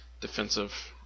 defensive